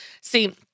See